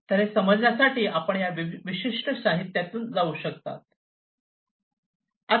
तर हे समजण्यासाठी आपण या विशिष्ट साहित्यातून जाऊ शकता